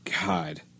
God